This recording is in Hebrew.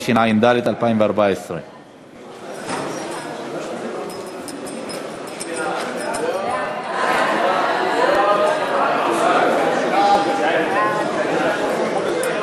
התשע"ד 2014. ההצעה להעביר את הצעת חוק שיווי זכויות האישה (תיקון,